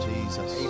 Jesus